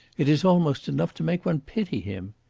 it is almost enough to make one pity him.